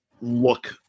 look